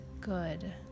good